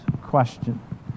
question